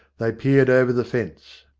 they peered over the fence.